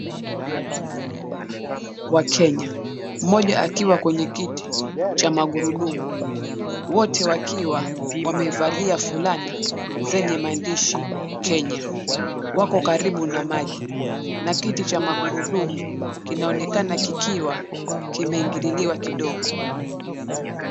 Wanariadha wa Kenya, mmoja akiwa kwenye kiti cha magurudumu. Wote wakiwa wamevalia fulana zenye maandishi, Kenya. Wako karibu na maji, na kiti cha magurudumu kinaonekana kikiwa kimeingililiwa kidogo.